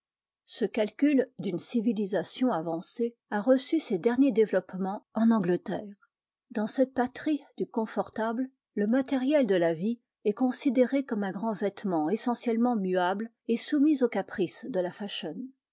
ce calcul d'une civilisation avancée a reçu es derniers développements en angleterre dans cette patrie du confortable le matériel de la vie est considéré comme un grand vêtement essentiellement muable et soumis aux caprices de la